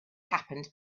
happened